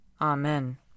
Amen